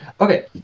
Okay